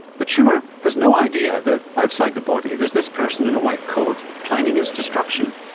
the tumour has no idea that outside the body there is this person in a white coat planning its destruction,